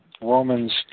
Romans